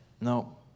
No